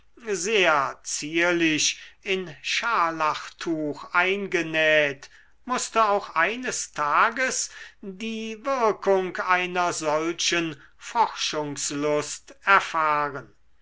sehr zierlich in scharlachtuch eingenäht mußte auch eines tages die wirkung einer solchen forschungslust erfahren